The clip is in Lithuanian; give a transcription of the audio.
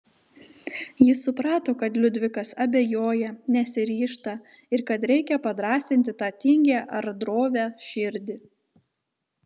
ji suprato kad liudvikas abejoja nesiryžta ir kad reikia padrąsinti tą tingią ar drovią širdį